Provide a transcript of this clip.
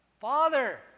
Father